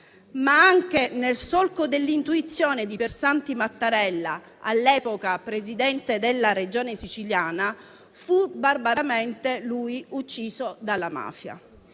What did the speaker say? ma anche nel solco dell'intuizione di Piersanti Mattarella, all'epoca Presidente della Regione siciliana, che fu barbaramente ucciso dalla mafia.